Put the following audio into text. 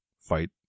fight